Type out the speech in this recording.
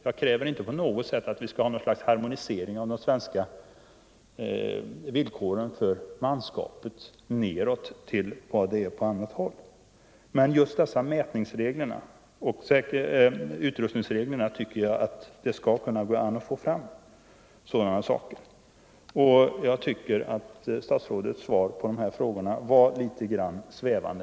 Jag kräver inte något slags harmonisering av de svenska villkoren för manskapet nedåt till vad man har på andra håll. Men just när det gäller mätningsreglerna och utrustningsreglerna tycker jag att det borde vara möjligt att åstadkomma en harmonisering. Jag tycker att statsrådets svar på dessa frågor var minst sagt svävande.